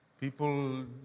people